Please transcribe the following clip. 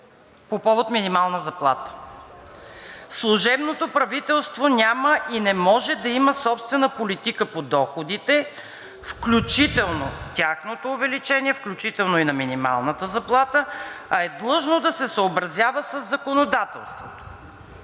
по повод минималната заплата: „Служебното правителство няма и не може да има собствена политика по доходите, включително тяхното увеличение, включително и на минималната заплата, а е длъжно да се съобразява със законодателството.“